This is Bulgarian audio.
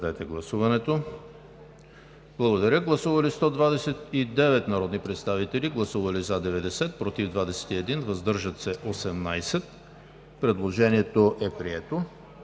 Предложението е прието.